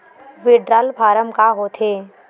withdrawal form का होथेय